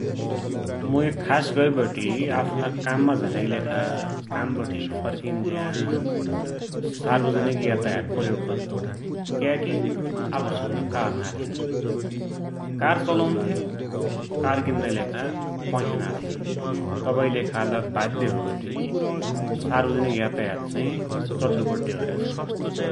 मूइ खासगरी आफ्ना काममा झानाकीलेखा, काम बठे फर्किन्ज्या सार्वजनिक यातायात प्रयोग गद्दु । क्याकि आफुसित कार नाइ थिन् । कार चलुन्थ्या कार किन्नाकी पैसा नाइ थिन । तवैकि लेखालै बाध्य होइवटि सार्वजनीक यातायात चड्डु पड्या होइरैछ ।